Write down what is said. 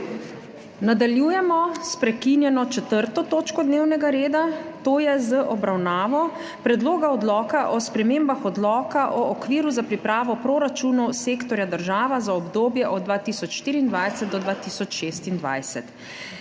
Nadaljujemo s prekinjeno 4. točko dnevnega reda, to je z obravnavo Predloga odloka o spremembah Odloka o okviru za pripravo proračunov sektorja država za obdobje od 2024 do 2026.